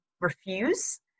refuse